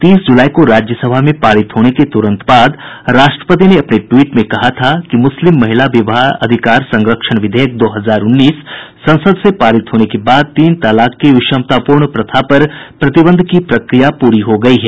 तीस जुलाई को राज्यसभा में पारित होने के तुरन्त बाद राष्ट्रपति ने अपने ट्वीट में कहा था कि मुस्लिम महिला विवाह अधिकार संरक्षण विधेयक दो हजार उन्नीस संसद से पारित होने के बाद तीन तलाक की विषमतापूर्ण प्रथा पर प्रतिबंध की प्रक्रिया पूरी हो गई है